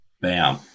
bam